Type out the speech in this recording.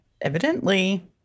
evidently